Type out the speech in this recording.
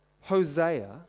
Hosea